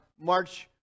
march